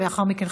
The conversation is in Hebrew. ולאחר מכן,